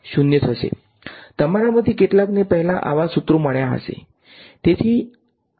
તમારા માંથી કેટલાકને પહેલાં આવા સુત્રો મળ્યા હશે